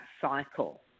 cycle